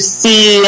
see